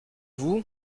vous